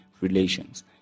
relations